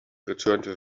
returned